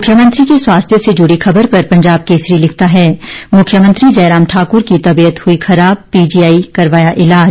मुख्यमंत्री के स्वास्थ्य से जुड़ी खबर पर पंजाब केसरी लिखता है मुख्यमंत्री जयराम ठाकुर की तबीयत हुई खराब पीजीआई करवाया इलाज